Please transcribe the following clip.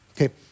Okay